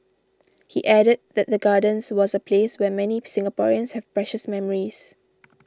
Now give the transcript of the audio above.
he added that the Gardens was a place where many Singaporeans have precious memories